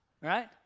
Right